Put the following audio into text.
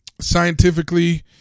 scientifically